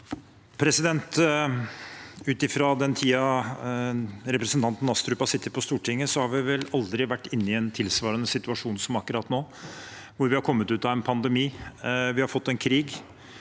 I den tiden re- presentanten Astrup har sittet på Stortinget, har vi vel aldri vært i en tilsvarende situasjon som akkurat nå, hvor vi har kommet ut av en pandemi, vi har fått en krig,